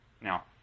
Now